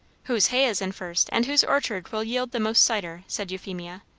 whose hay is in first, and whose orchard will yield the most cider, said euphemia.